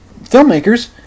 filmmakers